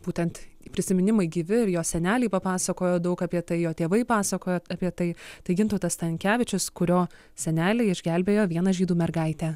būtent prisiminimai gyvi ir jo seneliai papasakojo daug apie tai jo tėvai pasakojo apie tai tai gintautas stankevičius kurio seneliai išgelbėjo vieną žydų mergaitę